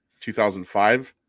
2005